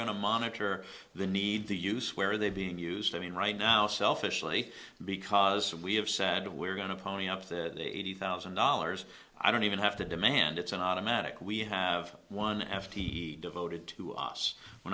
going to monitor the need to use where are they being used i mean right now selfishly because we have said we're going to pony up the eighty thousand dollars i don't even have to demand it's an automatic we have one f t e devoted to us we're